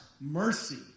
mercy